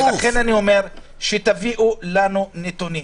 ולכן אני אומר: תביאו לנו נתונים.